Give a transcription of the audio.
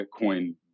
Bitcoin